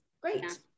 great